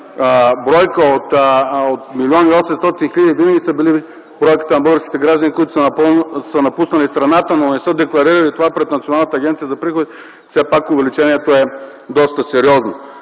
които винаги са били бройката на българските граждани, напуснали страната, но не са декларирали това пред Националната агенция за приходите, все пак увеличението е доста сериозно.